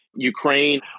Ukraine